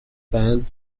band